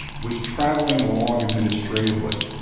was traveling along administratively,